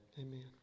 Amen